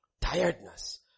tiredness